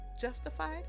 justified